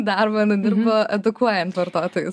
darbą nudirbo edukuojant vartotojus